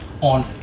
on